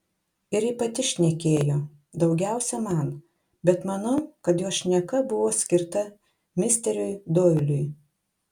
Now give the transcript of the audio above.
ir ji pati šnekėjo daugiausiai man bet manau kad jos šneka buvo skirta misteriui doiliui